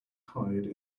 hide